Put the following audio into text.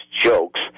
jokes